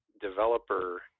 developer